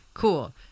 Cool